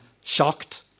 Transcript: shocked